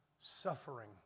Suffering